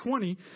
20